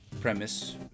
premise